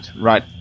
Right